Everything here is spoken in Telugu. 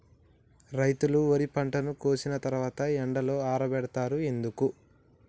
రైతులు వరి పంటను కోసిన తర్వాత ఎండలో ఆరబెడుతరు ఎందుకు?